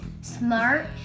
smart